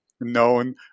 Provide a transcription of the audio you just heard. known